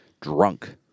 drunk